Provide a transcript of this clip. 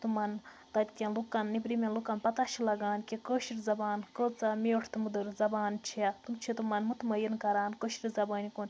تِمَن تَتہِ کیٚن لوٗکَن نیٚبرِمیٚن لوٗکَن پَتہ چھِ لَگان کہِ کٲشِر زَبان کۭژاہ میٖٹھ تہٕ مٔدٕر زَبان چھِ تِم چھِ تِمَن مطمٕن کَران کٲشرِ زَبانہِ کُن